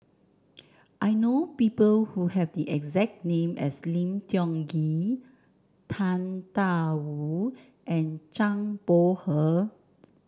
I know people who have the exact name as Lim Tiong Ghee Tang Da Wu and Zhang Bohe